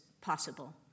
possible